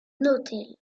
hôtel